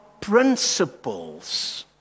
principles